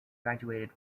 graduated